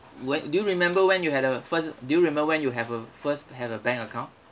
when do you remember when you had a first do you remember when you have a first have a bank account